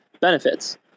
benefits